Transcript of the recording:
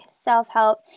self-help